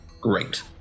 Great